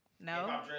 No